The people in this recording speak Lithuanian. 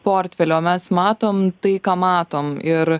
portfelį o mes matom tai ką matom ir